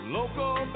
local